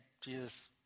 Jesus